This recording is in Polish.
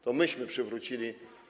To myśmy przywrócili.